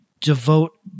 devote